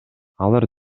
алар